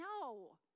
No